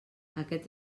aquest